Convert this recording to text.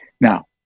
now